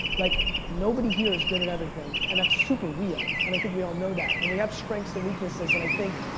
like nobody here is good at everything. and that's super real. and i think we all know that. and we have strengths and weaknesses and i think,